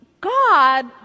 God